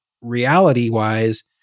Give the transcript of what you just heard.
reality-wise